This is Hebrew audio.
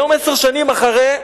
היום, עשר שנים אחרי,